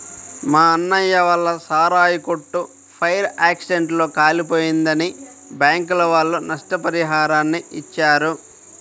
మా అన్నయ్య వాళ్ళ సారాయి కొట్టు ఫైర్ యాక్సిడెంట్ లో కాలిపోయిందని బ్యాంకుల వాళ్ళు నష్టపరిహారాన్ని ఇచ్చారు